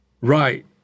Right